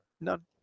None